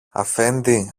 αφέντη